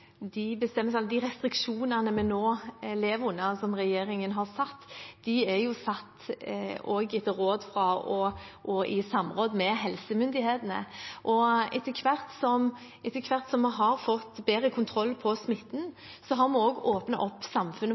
De restriksjonene vi nå lever under, som regjeringen har satt, er satt også etter råd fra og i samråd med helsemyndighetene. Etter hvert som vi har fått bedre kontroll på smitten, har vi også åpnet opp samfunnet